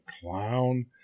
clown